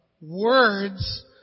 words